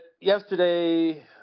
yesterday